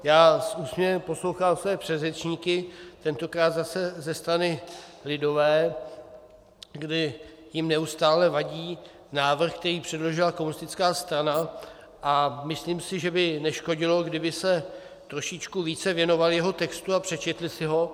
Já s úsměvem poslouchal své předřečníky, tentokrát zase ze strany lidové, kdy jim neustále vadí návrh, který předložila komunistická strana, a myslím si, že by neškodilo, kdyby se trošičku více věnovali jeho textu a přečetli si ho.